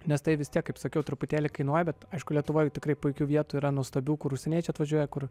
nes tai vis tiek kaip sakiau truputėlį kainuoja bet aišku lietuvoj tikrai puikių vietų yra nuostabių kur užsieniečiai atvažiuoja kur